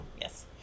Yes